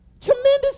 tremendous